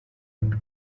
umwe